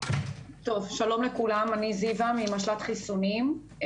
שלום לכולם, אני זיוה, ממשל"ט חיסונים.